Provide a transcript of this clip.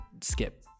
skip